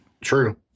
True